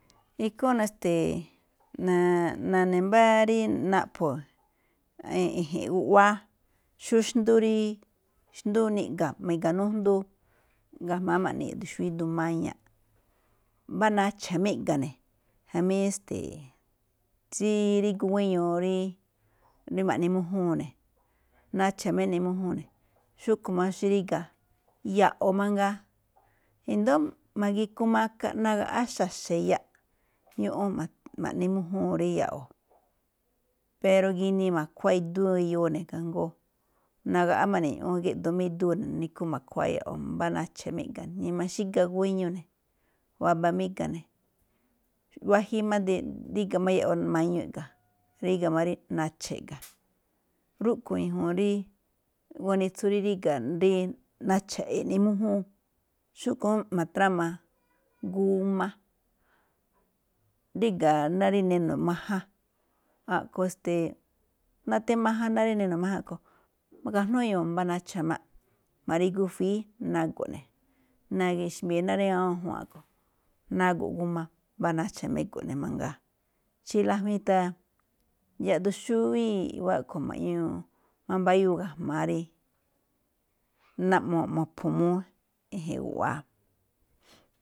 Ikhúúnꞌ na̱-nane̱ mbá rí naꞌpho̱ i̱ji̱nꞌ guꞌwáá, xó xndú rí niꞌga̱ mi̱ga̱ nújndú, ga̱jma̱á ma̱ꞌne yaꞌduun xúwí duun maña̱ꞌ, mbá nacha̱ máꞌ iꞌga̱ ne̱ jamí esteeꞌ rí rígú guéño rí ma̱ꞌne mújúun ne̱, nacha̱ máꞌ eꞌne mújúun ne̱. Xúꞌkhue̱n máꞌ xí ríga̱, ya̱ꞌo̱ mangaa, i̱ndo̱ó ma̱gi̱ku maka ne̱. Nagaꞌá xa̱xa̱ iyaꞌ ñúꞌún ma̱ꞌne mújún rí ya̱ꞌwo̱. Pero ginii makhuáa idú eyoo ne̱, kajngó nagaꞌá máꞌ ne̱, géꞌdoo máꞌ idú ne̱, nikhú ma̱khuáa ya̱ꞌo̱ mbá nacha̱ máꞌ iꞌga̱ ne̱, ni ma̱xíga̱ guéño ne̱, waba máꞌ gíga̱ne̱. Wajíí máꞌ ríga̱ ya̱ꞌo̱ mañuu iꞌga̱, ríga̱ máꞌ rí nacha̱ iꞌga̱. rúꞌkhue̱n ñajuun rí guanitsu rí ríga̱, rí nacha̱ eꞌne mújúun. Xúꞌkhuen máꞌ ma̱trama g a, ríga̱ ná rí neno̱ majan. A̱ꞌkhue̱n esteeꞌ nati májan ná ri neno̱ majan a̱ꞌkhue̱n, ma̱gajnúu ñu̱u̱ mbá nacha̱ máꞌ. Ma̱ri̱gu i̱fi̱í, naꞌgo̱ ne̱, rí awúun ajua̱nꞌ a̱ꞌkhue̱n, nago̱ꞌ g a mbá nacha̱ máꞌ ego̱ꞌ ne̱ mangaa. Xí lájuíin tháan, yaꞌduun xúwí i̱ꞌwá mañuu mambáyúu ga̱jma̱á rí naꞌno̱ mo̱pho̱ múú e̱je̱n guꞌwáá.